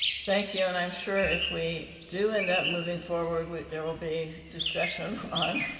thank you. and i'm sure if we do end up moving forward, there will be discussion on